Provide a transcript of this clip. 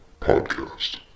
Podcast